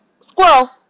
squirrel